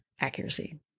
accuracy